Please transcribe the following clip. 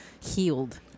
healed